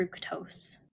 fructose